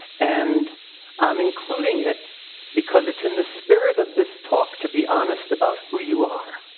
and i'm including it because it's in the spirit of this talk to be honest about who you are.